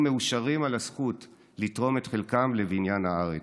מאושרים על הזכות לתרום את חלקם לבניין הארץ.